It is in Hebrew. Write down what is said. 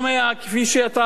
כפי שאתה רומז,